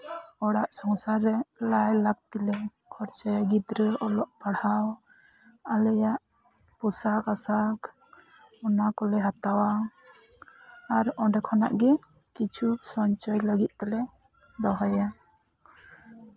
ᱚᱲᱟᱜ ᱥᱚᱝᱥᱟᱨ ᱨᱮ ᱞᱟᱭᱼᱞᱟᱠᱛᱤ ᱨᱮ ᱠᱷᱚᱨᱪᱟᱭ ᱞᱟᱹᱜᱤᱫ ᱜᱤᱫᱽᱨᱟᱹ ᱚᱞᱚᱜ ᱯᱟᱲᱦᱟᱣ ᱟᱞᱮᱭᱟᱜ ᱯᱳᱥᱟᱠ ᱟᱥᱟᱠ ᱚᱱᱟ ᱠᱚᱞᱮ ᱦᱟᱛᱟᱣᱟ ᱟᱨ ᱚᱸᱰᱮ ᱠᱷᱚᱱᱟᱜᱮ ᱠᱤᱪᱷᱩ ᱥᱚᱧᱪᱚᱭ ᱞᱟᱹᱜᱤᱫ ᱛᱮᱞᱮ ᱫᱚᱦᱚᱭᱟ